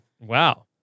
Wow